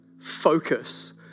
focus